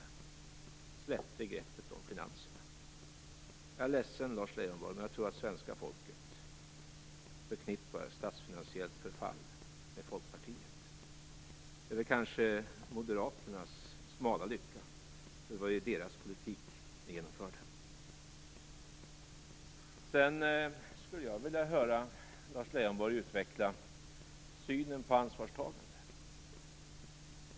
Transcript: Vem släppte greppet om finanserna? Jag är ledsen, Lars Leijonborg, men jag tror att svenska folket förknippar statsfinansiellt förfall med Folkpartiet. Det är kanske Moderaternas smala lycka. Det var ju deras politik ni genomförde. Sedan skulle jag vilja höra Lars Leijonborg utveckla synen på ansvarstagande.